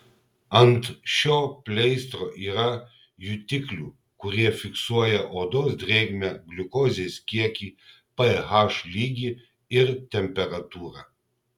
ant šio pleistro yra jutiklių kurie fiksuoja odos drėgmę gliukozės kiekį ph lygį ir temperatūrą